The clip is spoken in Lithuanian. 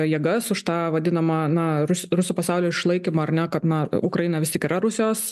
jėgas už tą vadinamą na rus rusų pasaulio išlaikymo ar ne kad na ukraina vis tik yra rusijos